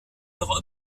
leurs